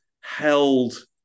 held